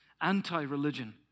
anti-religion